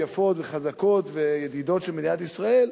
יפות וחזקות וידידות של מדינת ישראל,